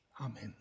Amen